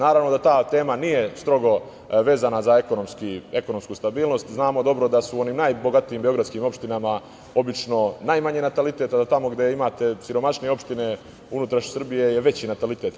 Naravno da ta tema nije strogo vezana za ekonomsku stabilnost, znamo dobro da su u onim najbogatijim beogradskim opštinama obično najmanji natalitet, a tamo gde imate siromašnije opštine u unutrašnjosti Srbije je veći natalitet.